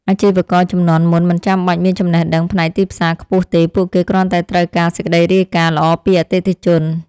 អាជីវករជំនាន់មុនមិនចាំបាច់មានចំណេះដឹងផ្នែកទីផ្សារខ្ពស់ទេ ពួកគេគ្រាន់តែត្រូវការសេចក្តីរាយការណ៍ល្អពីអតិថិជន។